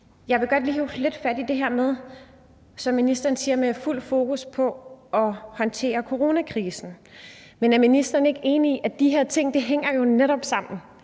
Jeg vil godt lige hive lidt fat i det her med, som ministeren siger, fuld fokus på at håndtere coronakrisen. Men er ministeren ikke enig i, at de her ting jo netop hænger